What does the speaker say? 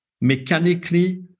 mechanically